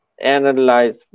analyze